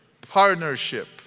partnership